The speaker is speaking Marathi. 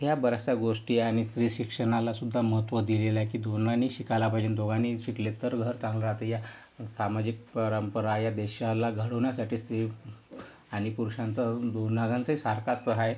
ह्या बऱ्याचशा गोष्टी आहे आणि स्त्री शिक्षणाला सुद्धा महत्त्व दिलेलं आहे की दोघांनीही शिकायला पाहिजे दोघांनीही शिकले तर घर चांगलं राहते या सामाजिक परंपरा या देशाला घडवण्यासाठी स्त्री आणि पुरुषांचं दोघांचाही सारखाच आहे